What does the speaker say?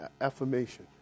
affirmation